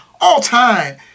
all-time